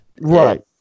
right